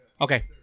Okay